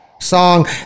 song